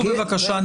תבדקו בבקשה.